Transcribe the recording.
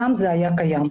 פעם זה היה קיים.